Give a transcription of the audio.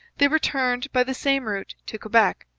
they returned by the same route to quebec,